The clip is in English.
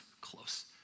close